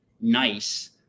nice